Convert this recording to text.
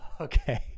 Okay